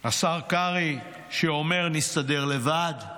השר קרעי, שאומר: נסתדר לבד,